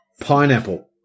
Pineapple